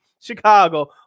Chicago